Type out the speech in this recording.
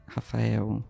Rafael